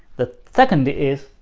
the second is,